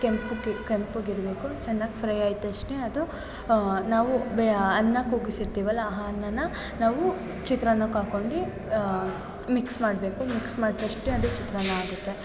ಕೆಂಪುಕ್ಕೆ ಕೆಂಪುಗಿರಬೇಕು ಚೆನ್ನಾಗಿ ಫ್ರೈ ಆದ ತಕ್ಷ್ಣ ಅದು ನಾವು ಬೆ ಅನ್ನ ಕೂಗಿಸಿರ್ತೀವಲ್ವ ಆ ಅನ್ನನ ನಾವು ಚಿತ್ರಾನ್ನಕ್ಕೆ ಹಾಕ್ಕೊಂಡಿ ಮಿಕ್ಸ್ ಮಾಡಬೇಕು ಮಿಕ್ಸ್ ಮಾಡ್ದ ತಕ್ಷ್ಣ ಅದು ಚಿತ್ರಾನ್ನ ಆಗುತ್ತೆ